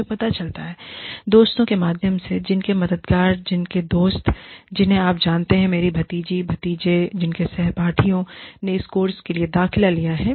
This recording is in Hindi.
मुझे पता चला है दोस्तों के माध्यम से जिनके मददगार जिनके दोस्त जिन्हें आप जानते हैं मेरी भतीजी और भतीजे जिनके सहपाठियों ने इस कोर्स के लिए दाखिला लिया है